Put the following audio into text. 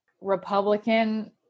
Republican